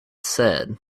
said